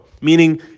Meaning